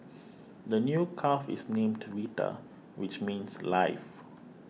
the new calf is named Vita which means life